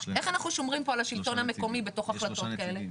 איך אנחנו שומרים פה על השלטון המקומי בתוך החלטות כאלה?